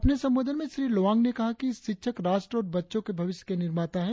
अपने संबोधन में श्री लोवांग ने कहा कि शिक्षक राष्ट्र और बच्चों के भविष्य के निर्माता है